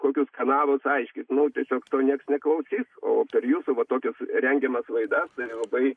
kokius kanalus aiškint nu tiesiog to nieks neklausys o per jūsų va tokias rengiamas laidas tai labai